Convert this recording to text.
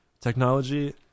Technology